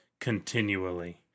continually